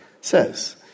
says